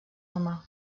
humà